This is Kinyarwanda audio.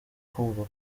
kumva